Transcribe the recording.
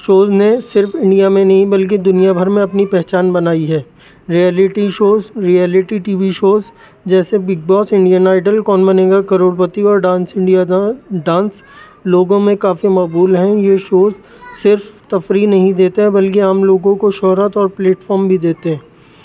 shows نے صرف India میں نہیں بلکہ دنیا بھر میں اپنی پہچان بنائی ہے reality shows reality TV shows شوز جیسے Bigg Boss Indian Idol Kaun Banega Crorepati اور ڈانس انڈیا ڈانس لوگوں میں کافی مقبول ہیں یہ شوز صرف تفریح نہیں دیتے ہیں بلکہ عام لوگوں کو شہرت اور پلیٹفارم بھی دیتے ہیں